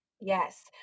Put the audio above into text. Yes